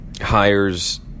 hires